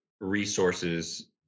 Resources